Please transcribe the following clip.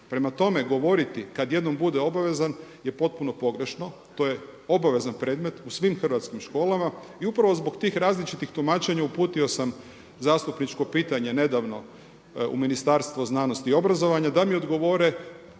Prema tome, govoriti kad jednom bude obavezan je potpuno pogrešno. To je obavezan predmet u svim hrvatskim školama i upravo zbog tih različitih tumačenja uputio sam zastupničko pitanje nedavno u Ministarstvo znanosti i obrazovanja da mi odgovore